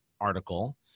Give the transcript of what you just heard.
article